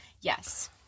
Yes